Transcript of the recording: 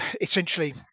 essentially